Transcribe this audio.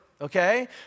okay